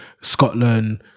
scotland